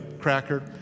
cracker